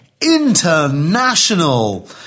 international